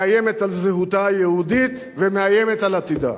מאיימת על זהותה היהודית ומאיימת על עתידה.